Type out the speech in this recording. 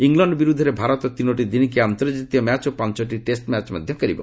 England ବିର୍ଦ୍ଧରେ ଭାରତ ତିନୋଟି ଦିନିକିଆ ଅନ୍ତର୍ଜାତୀୟ ମ୍ୟାଚ୍ ଓ ପାଞ୍ଚଟି ଟେଷ୍ଟ ମ୍ୟାଚ୍ ଖେଳିବ